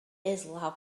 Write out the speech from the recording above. islam